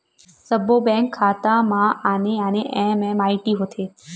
सब्बो बेंक खाता म आने आने एम.एम.आई.डी होथे